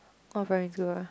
orh primary school ah